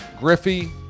Griffey